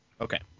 Okay